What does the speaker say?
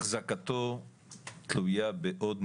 החזקתו תלויה בעוד,